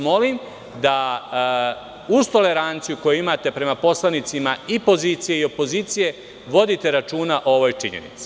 Molim vas, da uz toleranciju koju imate prema poslanicima i pozicije i opozicije vodite računa o ovoj činjenici.